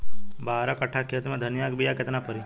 बारह कट्ठाखेत में धनिया के बीया केतना परी?